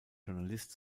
journalist